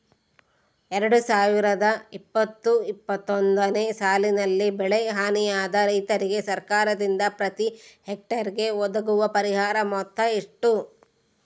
ಎರಡು ಸಾವಿರದ ಇಪ್ಪತ್ತು ಇಪ್ಪತ್ತೊಂದನೆ ಸಾಲಿನಲ್ಲಿ ಬೆಳೆ ಹಾನಿಯಾದ ರೈತರಿಗೆ ಸರ್ಕಾರದಿಂದ ಪ್ರತಿ ಹೆಕ್ಟರ್ ಗೆ ಒದಗುವ ಪರಿಹಾರ ಮೊತ್ತ ಎಷ್ಟು?